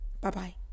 Bye-bye